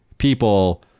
people